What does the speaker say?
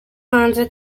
hanze